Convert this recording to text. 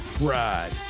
ride